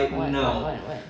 what what what